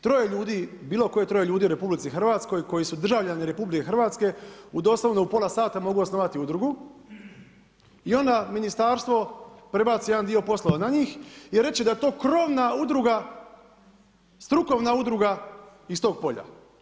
Troje ljudi, bilo koje troje ljudi u RH koji su državljani RH u doslovno u pola sata mogu osnovati udrugu i onda ministarstvo prebaci jedan dio poslova na njih i reče da to krovna udruga, strukovna udruga iz tog polja.